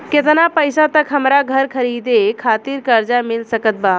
केतना पईसा तक हमरा घर खरीदे खातिर कर्जा मिल सकत बा?